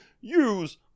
Use